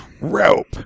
Rope